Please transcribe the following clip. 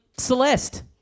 Celeste